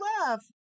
love